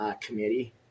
committee